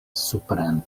supren